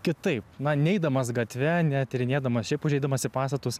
kitaip na neidamas gatve ne tyrinėdamas šiaip užeidamas į pastatus